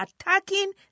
attacking